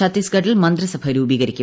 ഛത്തീസ്ഗഡിൽ മന്ത്രിസഭ രൂപീകരിക്കും